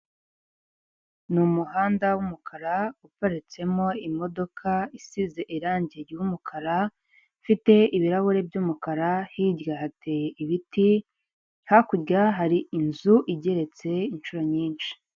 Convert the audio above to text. Ni umuhanda w'umukara uparitsemo imodoka isize irangi ry'umukara ifite ibirahuri by'umukara, hirya hateye ibiti, hakurya hari inzu igeretse inshuro nyinshi.